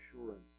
assurance